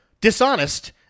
dishonest